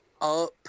up